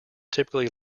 typically